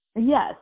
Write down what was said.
Yes